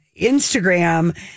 Instagram